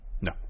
No